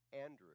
Andrew